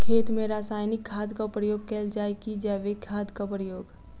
खेत मे रासायनिक खादक प्रयोग कैल जाय की जैविक खादक प्रयोग?